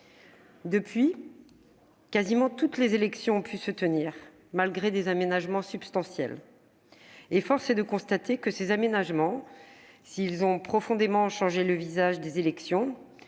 Depuis lors, presque toutes les élections ont pu se tenir, malgré des aménagements substantiels. Force est de constater que ces aménagements, s'ils ont profondément changé le visage des élections-